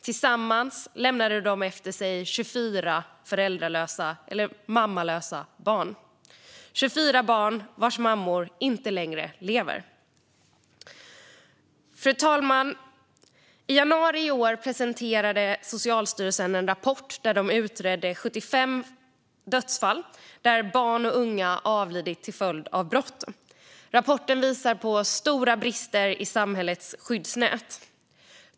Tillsammans lämnade de efter sig 24 moderlösa barn. Det är 24 barn vilkas mammor inte längre lever. Fru talman! I januari i år presenterade Socialstyrelsen en rapport där de utredde 75 dödsfall där barn och unga avlidit till följd av brott. Rapporten visar på stora brister i samhällets skyddsnät.